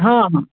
ಹಾಂ ಹಾಂ